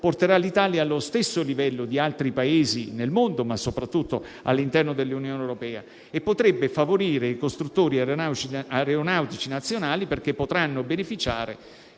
porterà l'Italia allo stesso livello di altri Paesi nel mondo ma, soprattutto, all'interno dell'Unione Europea; e potrebbe favorire i costruttori aeronautici nazionali, che potranno beneficiare,